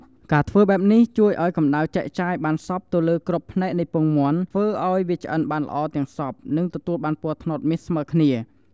ការធ្វើបែបនេះជួយឱ្យកម្តៅចែកចាយបានសព្វទៅលើគ្រប់ផ្នែកនៃពងមាន់ ធ្វើឱ្យវាឆ្អិនបានល្អទាំងសព្វ និងទទួលបានពណ៌ត្នោតមាសស្មើគ្នា។